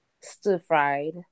stir-fried